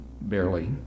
barely